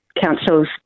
councils